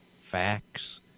facts